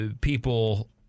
people